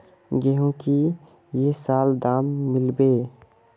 गेंहू की ये साल दाम मिलबे बे?